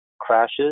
crashes